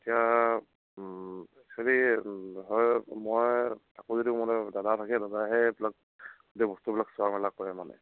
এতিয়া একচুৱেলি হয় মই আকৌ যদি মোলৈ দাদা থাকে দাদাইহে এইবিলাক গোটেই বস্তুবিলাক চোৱা মেলা কৰে মানে